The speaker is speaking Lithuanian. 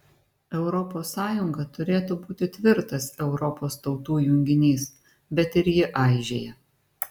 europos sąjunga turėtų būti tvirtas europos tautų junginys bet ir ji aižėja